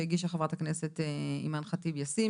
שהגישה חברת הכנסת אימאן ח'טיב יאסין.